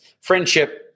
friendship